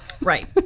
Right